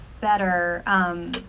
better